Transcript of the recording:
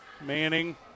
Manning